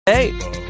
Hey